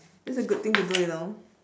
that's a good thing to do you know